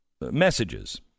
messages